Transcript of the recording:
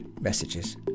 messages